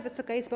Wysoka Izbo!